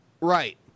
Right